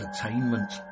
entertainment